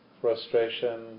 frustration